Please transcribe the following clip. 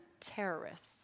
terrorists